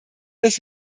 das